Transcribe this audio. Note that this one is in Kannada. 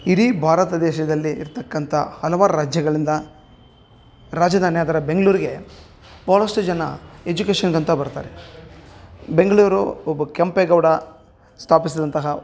ಇಡೀ ಭಾರತ ದೇಶದಲ್ಲಿ ಇರ್ತಕ್ಕಂಥ ಹಲವಾರು ರಾಜ್ಯಗಳಿಂದ ರಾಜಧಾನಿಯಾದರ ಬೆಂಗ್ಳೂರಿಗೆ ಭಾಳಷ್ಟು ಜನ ಎಜುಕೇಷನ್ಗಂತ ಬರ್ತಾರೆ ಬೆಂಗಳೂರು ಒಬ್ಬ ಕೆಂಪೇಗೌಡ ಸ್ಥಾಪಿಸಿದಂಥ